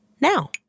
now